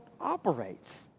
operates